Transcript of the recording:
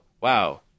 wow